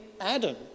Adam